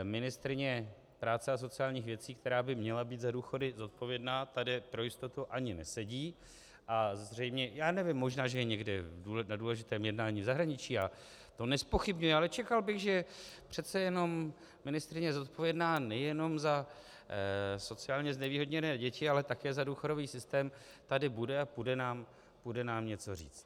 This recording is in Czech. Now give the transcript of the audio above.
Ministryně práce a sociálních věcí, která by měla být za důchody zodpovědná, tady pro jistotu ani nesedí, nevím, možná je někde na důležitém jednání v zahraničí, já to nezpochybňuji, ale čekal bych, že přece jenom ministryně zodpovědná nejenom za sociálně znevýhodněné děti, ale také za důchodový systém tady bude a půjde nám něco říct.